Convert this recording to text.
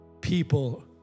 people